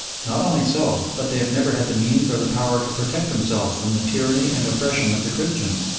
not only so, but they have never had the means or the power to protect themselves from the tyranny and oppression of the christians.